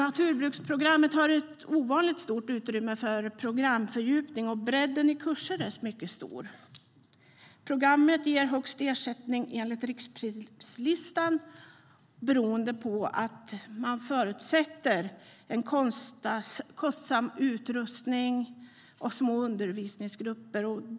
Naturbruksprogrammet har ett ovanligt stort utrymme för programfördjupning, och kursutbudet är mycket brett. Programmet ger högst ersättning enligt riksprislistan, beroende på att det förutsätts kräva kostsam utrustning och små undervisningsgrupper.